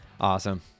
awesome